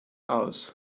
aus